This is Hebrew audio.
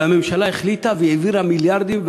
והממשלה החליטה והעבירה מיליארדים,